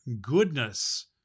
goodness